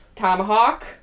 tomahawk